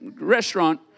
restaurant